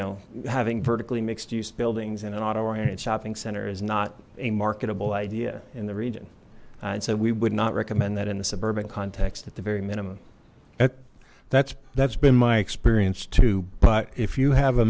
know having vertically mixed use buildings in an auto oriented shopping center is not a marketable idea in the region and so we would not recommend that in the suburban context at the very minimum at that's that's been my experience too but if you have a